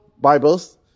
Bibles